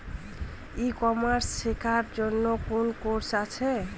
ই commerce শেক্ষার জন্য কোন কোর্স আছে?